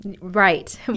Right